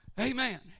Amen